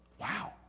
Wow